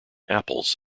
apples